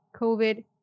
COVID